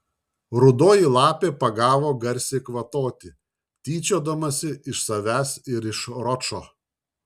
rudoji lapė pagavo garsiai kvatoti tyčiodamasis iš savęs ir iš ročo